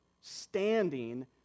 standing